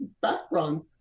background